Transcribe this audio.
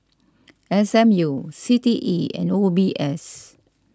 S M U C T E and O B S